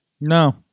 No